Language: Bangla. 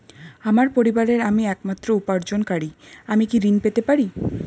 আমার পরিবারের আমি একমাত্র উপার্জনকারী আমি কি ঋণ পেতে পারি?